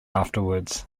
afterwards